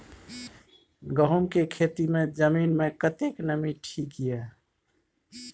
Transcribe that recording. गहूम के खेती मे जमीन मे कतेक नमी ठीक ये?